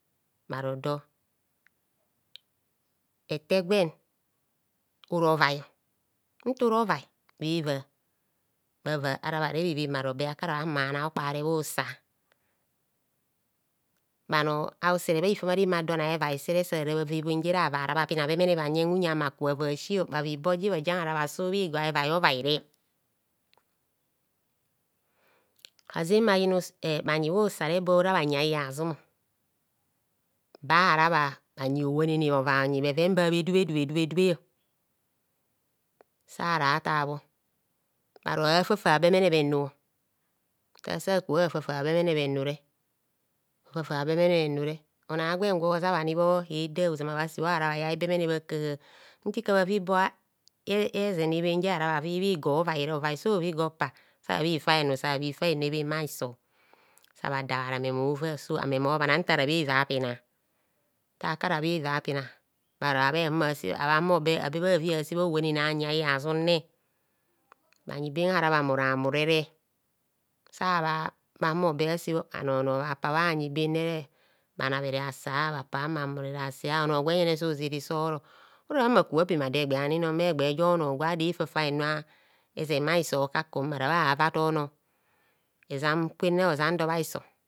Bharodo ete gwen ora ovai, nta ora ovai ara bhareb ewen bharo kara bha humo bha nang okpare bhusa bhano ausere bha hivam a remeadon a'hevai sere sara bhava ebhenjere ara bha pina bemene bhava ebhenjere ara bha pina bemen bhanyen uyang bhaku ava bha si bhava iboji ara sub bhi gor a'hevai ovaire hanzen bhayina bhanyi bhusare gwora bhanyi a' bhiyazum bahara bhanyi howannene bhanyi bheven ba bhe due due due due sara tabho bharo afafa bemene bhenu nta saka bha fafa bemene bhe nure onor agwen gwo zab anibhoheda ozoma bhasebho araa bha yai bemene bhakaha ntika bhava ibo bha sure bhigor ovaire ovai so va igor opa sa bhefa henu ebhen bhahiso, sa bha da bharo ame mova so ame mobhana bho ntara bheva bhapina ntakara bhevapina, bharo abhehumo bhase abe bhavi habhasebha howanene a bhiyazum bhayi bem ahara bha muramurere sabha humo be bhase bho onohono opa bhanyi bere bhana bhere bhasa bhapa bhamurere bhase ono gwenjen sozere soro orabhon mona aka pema do egba ani nor bhegbe jo onor gwa dor efafa enu ezen bha hiso okakum mmara bhohava tor nọ kwenne hozen dor bha hiso.